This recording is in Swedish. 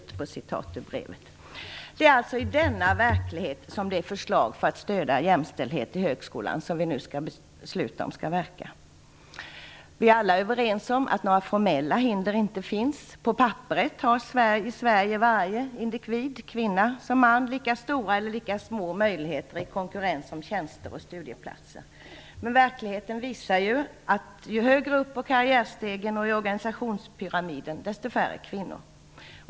Så står det alltså i brevet. Det är i denna verklighet som det förslag för att stödja jämställdheten i högskolan som vi nu skall besluta om skall verka. Vi är alla överens om att några formella hinder inte finns. På papperet har varje individ i Sverige, kvinna som man, lika stora eller lika små möjligheter i konkurrensen om tjänster och studieplatser. Men verkligheten visar att ju högre upp på karriärstegen och i organisationspyramiden, desto färre kvinnor.